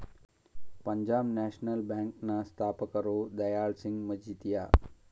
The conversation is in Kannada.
ಪಂಜಾಬ್ ನ್ಯಾಷನಲ್ ಬ್ಯಾಂಕ್ ನ ಸ್ಥಾಪಕರು ದಯಾಳ್ ಸಿಂಗ್ ಮಜಿತಿಯ